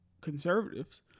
conservatives